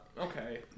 Okay